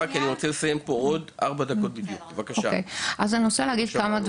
אני רוצה להגיד כמה דברים,